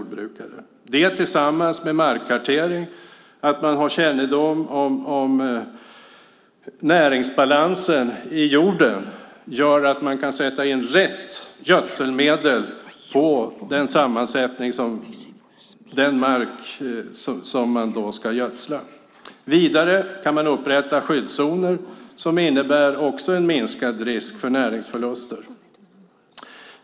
Detta tillsammans med markkartering och kännedom om näringsbalansen i jorden gör att man kan sätta in rätt gödselmedel på den mark som ska gödslas. Vidare kan man upprätta skyddszoner, som också innebär en minskad risk för näringsförluster.